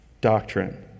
doctrine